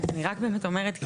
אני רק באמת אומרת,